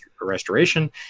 restoration